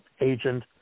agent